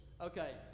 Okay